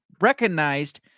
recognized